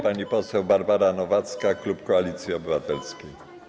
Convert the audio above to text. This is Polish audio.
Pani poseł Barbara Nowacka, klub Koalicji Obywatelskiej.